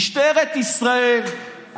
משטרת ישראל,